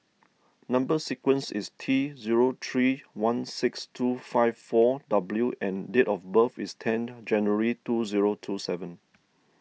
Number Sequence is T zero three one six two five four W and date of birth is ten January two zero two seven